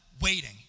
waiting